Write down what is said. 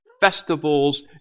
festivals